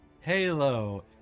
halo